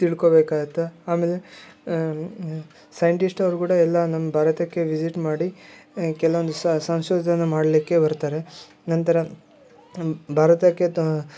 ತಿಳ್ಕೊಬೇಕಾಗುತ್ತೆ ಆಮೇಲೆ ಸೈಂಟಿಸ್ಟ್ ಅವ್ರು ಕೂಡ ಎಲ್ಲ ನಮ್ಮ ಭಾರತಕ್ಕೆ ವಿಸಿಟ್ ಮಾಡಿ ಕೆಲ್ವೊಂದು ಸಂಶೋಧನೆ ಮಾಡಲಿಕ್ಕೆ ಬರ್ತಾರೆ ನಂತರ ಭಾರತಕ್ಕೆ ತೋ